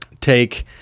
take